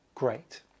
great